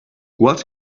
what